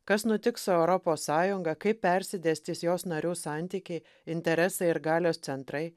kas nutiks su europos sąjunga kaip persidėstys jos narių santykiai interesai ir galios centrai